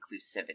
inclusivity